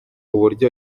uburyo